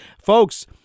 folks